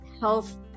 health